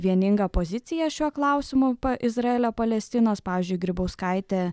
vieninga pozicija šiuo klausimu izraelio palestinos pavyzdžiui grybauskaitė